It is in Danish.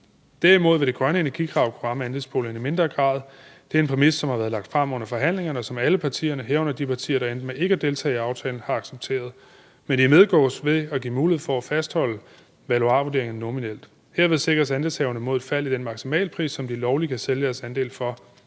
Derimod vil det grønne energikrav kunne ramme andelsboligerne i mindre grad. Det er en præmis, som har været lagt frem under forhandlingerne, som alle partierne, herunder de partier, der endte med ikke at deltage i aftalen, har accepteret. Men det imødegås ved at give mulighed for at fastholde valuarvurderingerne nominelt. Herved sikres andelshaverne mod fald i den maksimale pris, som de lovligt kan sælge deres andel for.